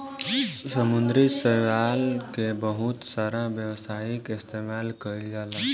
समुंद्री शैवाल के बहुत सारा व्यावसायिक इस्तेमाल कईल जाला